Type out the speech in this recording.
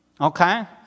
Okay